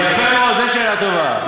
יפה מאוד, זו שאלה טובה.